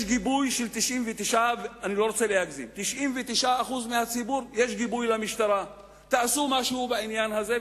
יש גיבוי של 99% מהציבור למשטרה: תעשו משהו בעניין הזה,